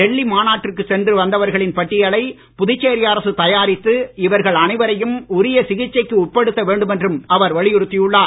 டெல்லி மாநாட்டிற்கு சென்று வந்தவர்களின் பட்டியலை புதுச்சேரி அரசு தயாரித்து இவர்கள் அனைவரையும் உரிய சிகிச்சைக்கு உட்படுத்த வேண்டும் என்றும் அவர் வலியுறுத்தி உள்ளார்